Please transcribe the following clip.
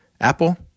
Apple